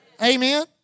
Amen